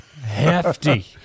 hefty